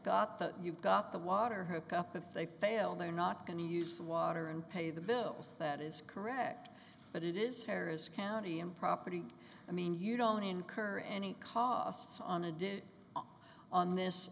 got that you've got the water hookup if they fail they're not going to use the water and pay the bill that is correct but it is harris county and property i mean you don't incur any costs on a day on this